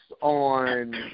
on